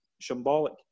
symbolic